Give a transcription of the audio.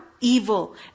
Evil